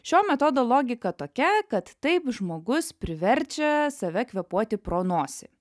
šio metodo logika tokia kad taip žmogus priverčia save kvėpuoti pro nosį